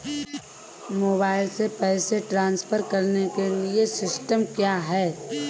Mobile से पैसे transfer करने के लिए सिस्टम क्या है?